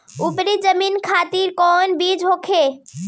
उपरी जमीन खातिर कौन बीज होखे?